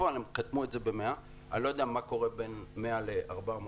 בפועל הם החליטו על 100. אני לא יודע מהקורה בין 100 ל-400